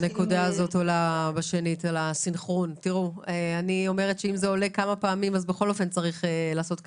נקודת הסנכרון עולה שוב ושוב אז כנראה צריך לעשות פה